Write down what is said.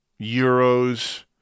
euros